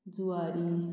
Zuari